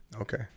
Okay